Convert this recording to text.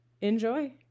Enjoy